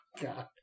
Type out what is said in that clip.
God